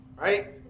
Right